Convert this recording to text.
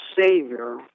Savior